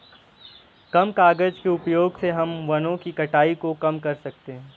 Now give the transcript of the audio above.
कम कागज़ के उपयोग से हम वनो की कटाई को कम कर सकते है